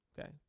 okay